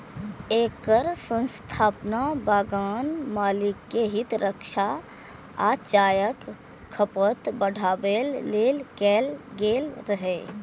एकर स्थापना बगान मालिक के हित रक्षा आ चायक खपत बढ़ाबै लेल कैल गेल रहै